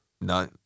No